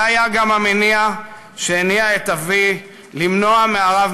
זה היה גם המניע שהניע את אבי למנוע מהרב